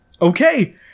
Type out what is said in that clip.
Okay